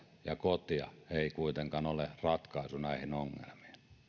ja kotia ei kuitenkaan ole ratkaisu näihin ongelmiin